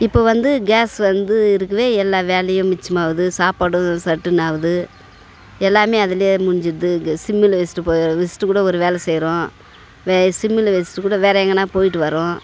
இப்போ வந்து கேஸ் வந்து இருக்கவே எல்லா வேலையும் மிச்சமாகுது சாப்பாடும் சட்டுன்னு ஆகுது எல்லாமே அதிலேயே முடுஞ்சிடுது க சிம்மில் வச்சுட்டு போவது வச்சுட்டு கூட ஒரு வேலை செய்கிறோம் வே சிம்மில் வச்சுட்டு கூட வேற எங்கேன்னா போய்விட்டு வரோம்